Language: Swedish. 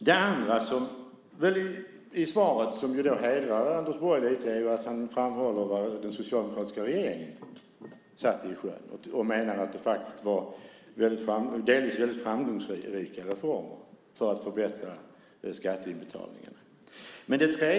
Det andra i svaret, som hedrar Anders Borg lite, är att han framhåller vad den socialdemokratiska regeringen satte i sjön och menar att det delvis var väldigt framgångsrika reformer för att förbättra skatteinbetalningarna.